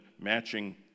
matching